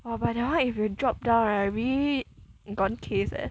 !wah! but that one if you drop down right really gone case eh